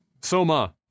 Soma